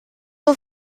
zur